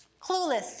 clueless